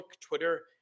Twitter